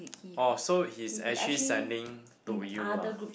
oh so he's actually sending to you